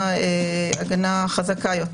חזקה יותר.